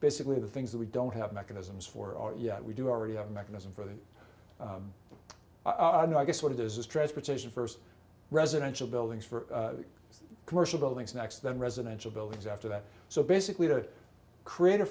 basically the things that we don't have mechanisms for yet we do already have a mechanism for that and i guess what it is is transportation first residential buildings for commercial buildings next then residential buildings after that so basically to create a